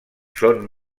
són